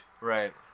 Right